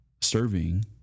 serving